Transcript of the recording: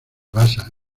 basa